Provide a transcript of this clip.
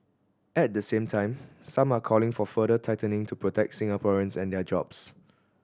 at the same time some are calling for further tightening to protect Singaporeans and their jobs